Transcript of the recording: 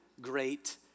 great